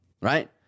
right